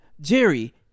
Jerry